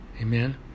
Amen